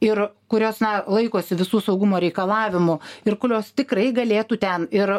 ir kurios laikosi visų saugumo reikalavimų ir kulios tikrai galėtų ten ir